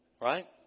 Right